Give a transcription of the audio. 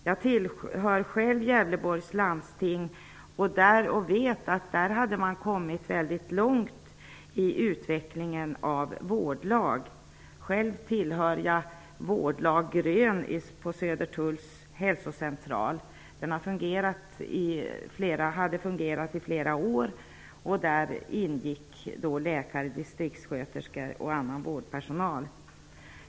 Jag tillhör själv Gävleborgs landsting och vet att man hade kommit väldigt långt i utvecklingen av vårdlag där. Själv tillhör jag vårdlag Grön på Södertulls hälsocentral. Systemet hade fungerat i flera år. I laget ingick läkare, distriktssköterskor och annan vårdpersonal.